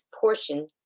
portion